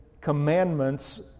commandments